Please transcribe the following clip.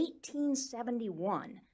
1871